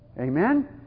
Amen